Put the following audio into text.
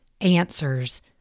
answers